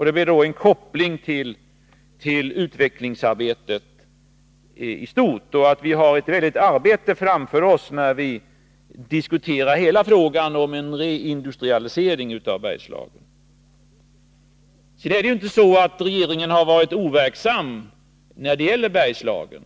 Det blir då en koppling till utvecklingsarbetet stort. Vi har ett väldigt arbete framför oss när vi diskuterar hela frågan om en reindustrialisering av Bergslagen. Sedan är det inte så att regeringen har varit overksam när det gäller Bergslagen.